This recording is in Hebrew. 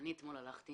אתמול הלכתי